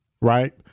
Right